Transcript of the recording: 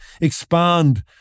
expand